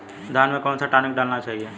धान में कौन सा टॉनिक डालना चाहिए?